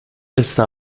está